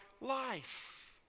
life